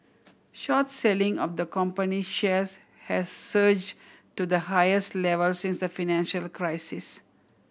short selling of the company shares has surged to the highest level since the financial crisis